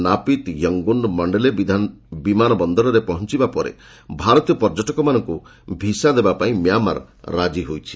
ନାପିତ Yangon ଓ Mandalay ବିମାନ ବନ୍ଦରରେ ପହଞ୍ଚିବା ପରେ ଭାରତୀୟ ପର୍ଯ୍ୟଟକମାନଙ୍କୁ ଭିସା ଦେବା ପାଇଁ ମ୍ୟାମାର୍ ରାଜି ହୋଇଛି